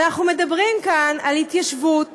אנחנו מדברים כאן על התיישבות